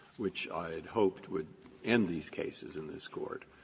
which i had hopped would end these cases in this court,